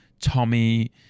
Tommy